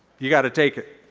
you've got to take it.